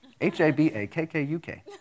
H-A-B-A-K-K-U-K